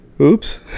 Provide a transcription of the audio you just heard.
oops